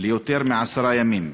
יותר מעשרה ימים,